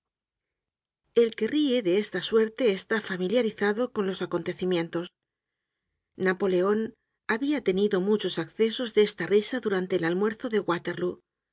el que rie de esta suerte está familiarizado con los acontecimientos napoleon habia tenido muchos ac cesos de esta risa durante el almuerzo de waterlóo